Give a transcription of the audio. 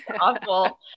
awful